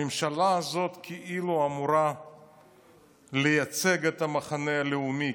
הממשלה הזאת כאילו אמורה לייצג את המחנה הלאומי,